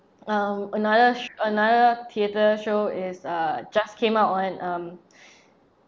um another sh~ another theatre show is uh just came out [one] um